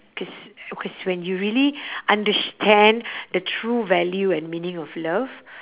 cause because when you really understand the true value and meaning of love